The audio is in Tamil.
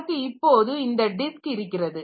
நமக்கு இப்போது இந்த டிஸ்க் இருக்கிறது